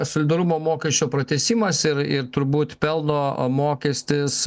solidarumo mokesčio pratęsimas ir ir turbūt pelno mokestis